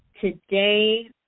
Today